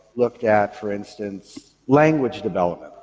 looked at for instance language development,